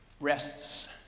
rests